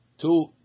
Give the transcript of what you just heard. two